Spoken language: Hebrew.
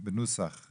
אני חושבת שלא,